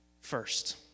first